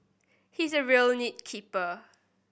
he is a real nit picker